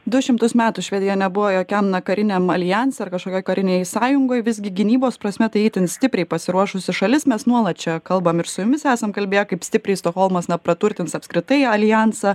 du šimtus metų švedija nebuvo jokiam na kariniam aljanse ar kažkokioj karinėj sąjungoj visgi gynybos prasme tai itin stipriai pasiruošusi šalis mes nuolat čia kalbam ir su jumis esam kalbėję kaip stipriai stokholmas na praturtins apskritai į aljansą